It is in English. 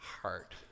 heart